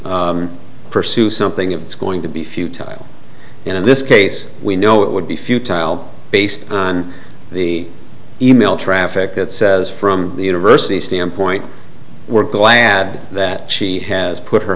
pursue something if it's going to be futile in this case we know it would be futile based on the e mail traffic that says from the university standpoint we're glad that she has put her